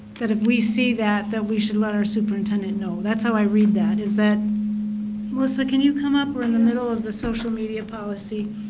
if we see that, that we should let our superintendent know. that's how i read that. is that melissa, can you come up? we're in the middle of the social media policy,